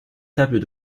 tables